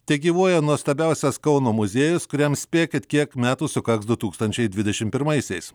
tegyvuoja nuostabiausias kauno muziejus kuriam spėkit kiek metų sukaks du tūkstančiai dvidešimt pirmaisiais